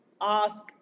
ask